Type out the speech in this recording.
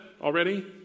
already